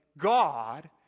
God